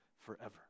forever